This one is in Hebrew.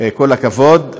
כל הכבוד.